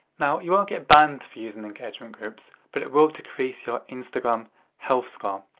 now you won't get banned for using engagement groups, but it will decrease your instagram health score.